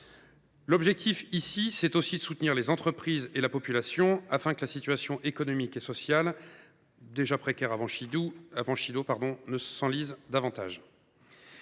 L’objectif est aussi de soutenir les entreprises et la population afin que la situation économique et sociale, déjà précaire auparavant, ne s’enlise pas davantage.